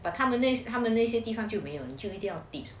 but 他们那些地方就没有就一定要 tips